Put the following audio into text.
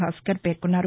భాస్కర్ పేర్కొన్నారు